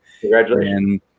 Congratulations